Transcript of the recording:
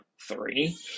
three